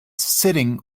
sitting